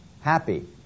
happy